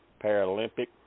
paralympic